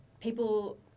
people